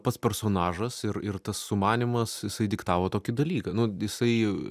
pats personažas ir ir tas sumanymas jisai diktavo tokį dalyką nu jisai